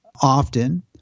often